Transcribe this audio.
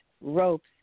ropes